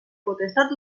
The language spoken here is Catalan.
potestat